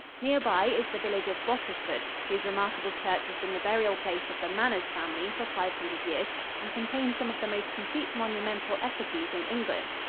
near by is the village of bottisford, whose remarkable church has been the burial place of the manners family for five hundred years and contains some of the most complete monumental effigies in england.